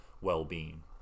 well-being